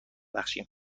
بخشیم